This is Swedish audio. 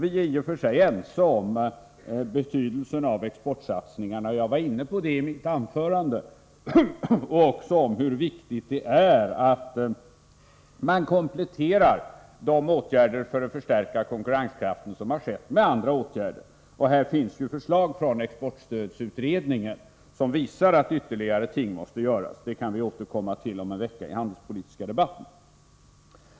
Vi är i och för sig ense om betydelsen av exportsatsningar — jag var inne på det i mitt anförande — och också om hur viktigt det är att man kompletterar de åtgärder för att förstärka konkurrenskraften som har vidtagits med andra åtgärder. Här finns ju förslag från exportstödsutredningen som visar att ytterligare ting måste göras; det kan vi återkomma till om en vecka i den handelspolitiska debatten.